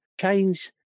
change